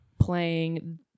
playing